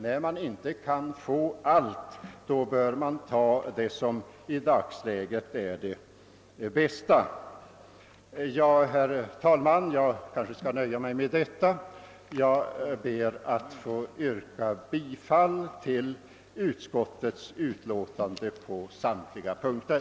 När man inte i en viss situation kan få allt, bör man ta det som är det bästa. Jag skall, herr talman, nöja mig med det nu anförda och ber att få yrka bifall till utskottets utlåtande på samtliga punkter.